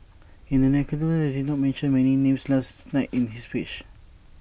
IT is notable that he did not mention any names last night in his speech